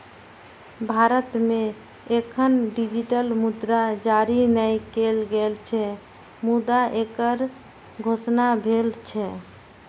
भारत मे एखन डिजिटल मुद्रा जारी नै कैल गेल छै, मुदा एकर घोषणा भेल छै